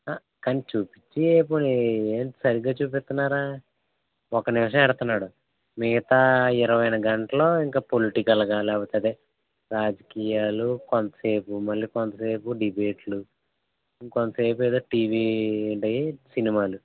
కానీ చూస్తే పోనీ సరిగా చూపిస్తున్నారా ఒక్క నిమిషం యెడతున్నాడు మిగతా ఇరవై గంటలు ఇంకా పొలిటికల్గా లేకపోతే అదే రాజకీయాలు కొంతసేపు మళ్ళీ కొంతసేపు డిబేట్లు మరి కొంతసేపు ఏదో టీవీలో ఏంటయి సినిమాలు